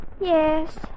Yes